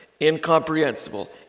incomprehensible